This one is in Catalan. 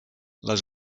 les